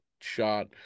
shot